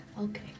Okay